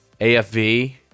AFV